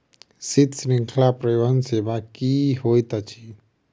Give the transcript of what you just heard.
शीत श्रृंखला परिवहन सेवा की होइत अछि?